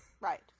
Right